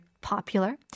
popular